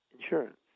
insurance